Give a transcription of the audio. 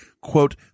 quote